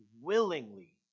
willingly